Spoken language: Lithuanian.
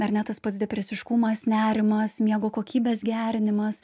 ar ne tas pats depresiškumas nerimas miego kokybės gerinimas